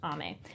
Ame